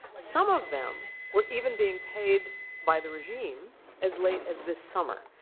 some of them were even being paid by the regime as late as this summer.